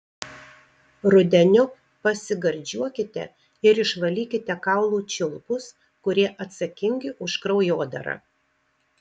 rudeniop pasigardžiuokite ir išvalykite kaulų čiulpus kurie atsakingi už kraujodarą